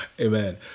Amen